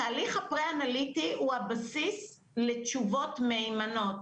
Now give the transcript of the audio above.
התהליך הפרה אנליטי הוא הבסיס לתשובות מהימנות,